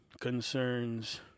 concerns